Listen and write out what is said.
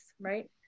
right